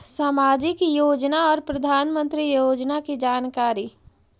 समाजिक योजना और प्रधानमंत्री योजना की जानकारी?